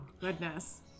goodness